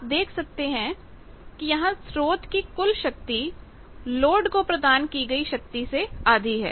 आप देख सकते हैं कि तो स्रोत की कुल शक्ति लोड को प्रदान की गई शक्ति से आधी है